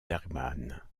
bergman